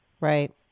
right